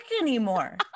anymore